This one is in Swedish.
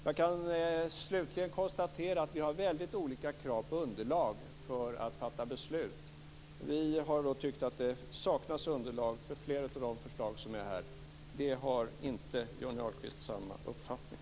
Jag kan slutligen konstatera att vi har väldigt olika krav på underlag för att fatta beslut. Vi har tyckt att det saknas underlag för flera av de förslag som finns här. Johnny Ahlqvist har inte samma uppfattning.